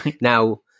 now